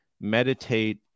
meditate